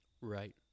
Right